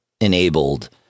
enabled